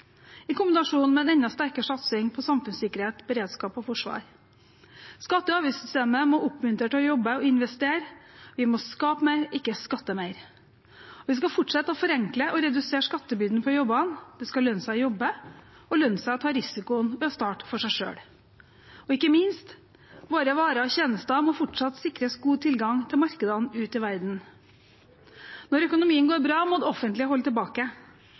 i kombinasjon med en enda sterkere satsing på samfunnssikkerhet, beredskap og forsvar. Skatte- og avgiftssystemet må oppmuntre til å jobbe og å investere. Vi må skape mer, ikke skatte mer! Vi skal fortsette å forenkle og å redusere skattebyrden på jobbene. Det skal lønne seg å jobbe og lønne seg å ta risikoen ved å starte for seg selv. Og ikke minst: Våre varer og tjenester må fortsatt sikres god tilgang til markedene ute i verden. Når økonomien går bra, må det offentlige holde tilbake.